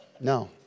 No